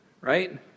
right